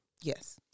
yes